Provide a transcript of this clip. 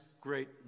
great